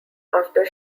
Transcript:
after